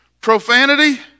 profanity